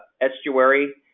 estuary